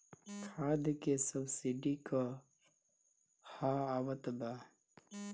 खाद के सबसिडी क हा आवत बा?